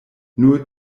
nur